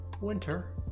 Winter